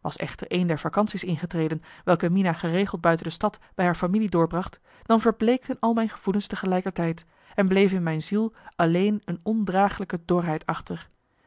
was echter een der vacantie's ingetreden welke mina geregeld buiten de stad bij haar familie doorbracht dan verbleekten al mijn gevoelens tegelijkertijd en bleef in mijn ziel alleen een ondraaglijke dorheid achter